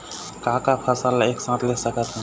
का का फसल ला एक साथ ले सकत हन?